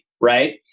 right